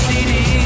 City